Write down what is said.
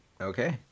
Okay